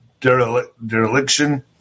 dereliction